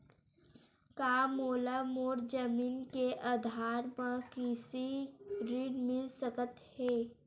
का मोला मोर जमीन के आधार म कृषि ऋण मिल सकत हे?